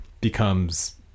becomes